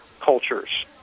cultures